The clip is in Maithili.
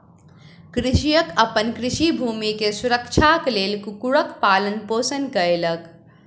कृषक अपन कृषि भूमि के सुरक्षाक लेल कुक्कुरक पालन पोषण कयलक